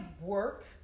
work